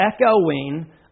echoing